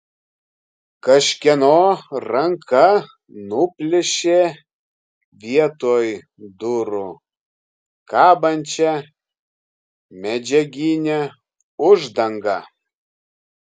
kažkieno ranka nuplėšė vietoj durų kabančią medžiaginę uždangą